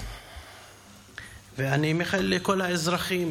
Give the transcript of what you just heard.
אני מאחל לכל האזרחים,